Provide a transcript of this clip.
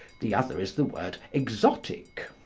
the other is the word exotic.